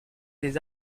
des